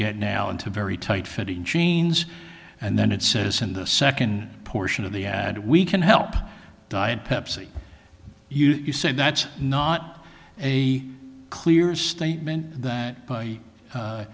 get now into very tight fitting jeans and then it says in the second portion of the ad we can help diet pepsi you've said that's not a clear statement that